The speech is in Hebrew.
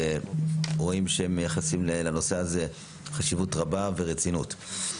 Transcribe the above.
רואים שהם מייחסים לנושא הזה חשיבות רבה ורצינות.